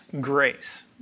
grace